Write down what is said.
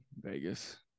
Vegas